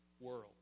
world